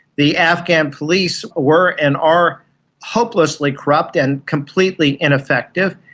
the afghan police were and are hopelessly corrupt and completely ineffective.